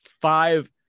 five